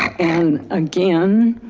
and again,